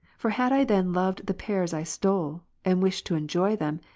for had i then loved the pears i stole, and wished to enjoy them,